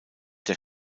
der